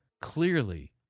clearly